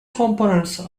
components